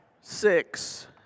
six